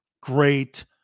Great